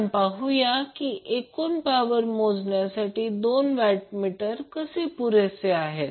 आपण पाहुया की एकूण पॉवर मोजणी साठी 2 वॅटमीटर कसे पुरेसे आहेत